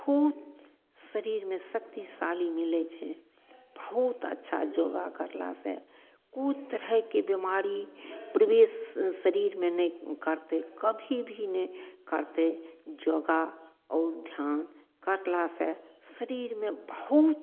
बहुत शरीरमे शक्तिशाली मिलय छै बहुत अच्छा योगा करलासँ कोइ तरहके बीमारी प्रवेश शरीरमे नहि करतइ कभी भी नहि करतइ योगा आओर ध्यान करलासँ शरीरमे बहुत